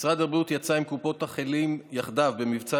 משרד הבריאות יצא עם קופות החולים יחדיו במבצע